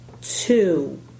two